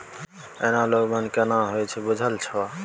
Analogue बन्न केना होए छै बुझल छौ?